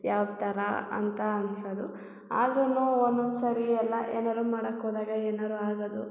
ಯಾವ ಥರ ಅಂತ ಅನ್ಸೋದು ಆದ್ರೂ ಒಂದೊಂದು ಸಾರಿ ಎಲ್ಲ ಏನಾದ್ರೂ ಮಾಡೋಕ್ಕೆ ಹೋದಾಗ ಏನಾದ್ರೂ ಆಗೋದು